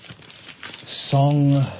Song